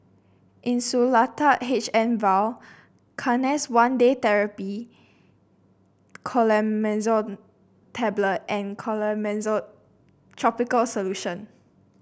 Insulatard H M Vial Canesten One Day Therapy Clotrimazole Tablet and Clotrimozole tropical solution